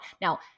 Now